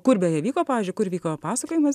kur beje vyko pavyzdžiui kur vyko pasakojimas